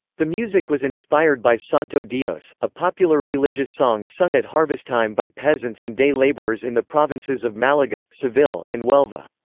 the music was inspired by santo dios, a popular religious song sung at harvest time by peasants and day laborers in the provinces of malaga, seville, and huelva.